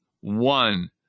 one